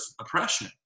oppression